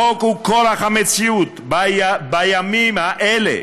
החוק הוא כורח המציאות בימים האלה,